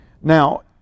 Now